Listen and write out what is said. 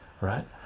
right